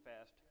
fast